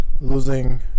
losing